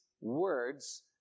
words